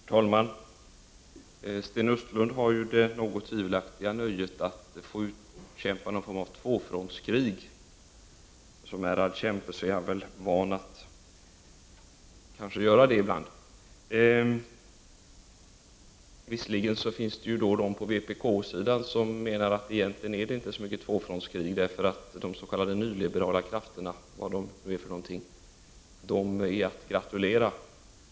Herr talman! Sten Östlund har det något tvivelaktiga nöjet att utkämpa en form av tvåfrontskrig. Som ärrad kämpe är han väl van att göra det ibland. Visserligen finns det de på vpk-sidan som menar att egentligen är det inte så mycket tvåfrontskrig, därför att de s.k. nyliberala krafterna — vad de nu är för någonting — är att gratulera.